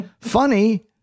funny